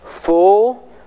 full